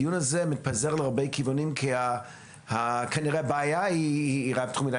הדיון הזה מתפזר להרבה כיוונים כי הבעיה היא רב תחומית.